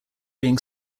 being